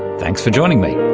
thanks for joining me.